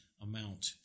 amount